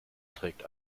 trägt